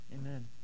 amen